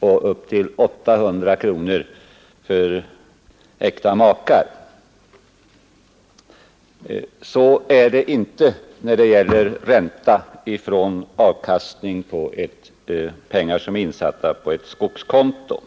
och 800 kronor för äkta makar. Så är inte fallet när det gäller ränta på pengar som är insatta på skogskonto.